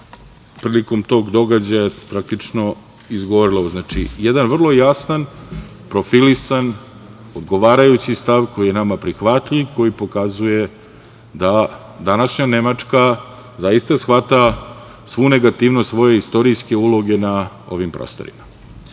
prilikom tog događaja izgovorila ovo. Znači, jedan vrlo jasan, profilisan, odgovarajući stav koji nam je prihvatljiv, koji pokazuje da današnja Nemačka zaista shvata svu negativnost svoje istorijske uloge na ovim prostorima. Još